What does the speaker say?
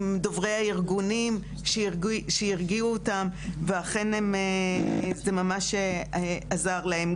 עם דוברי ארגונים שירגיעו אותם ואכן זה ממש עזר להם.